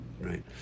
right